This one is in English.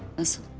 mrs.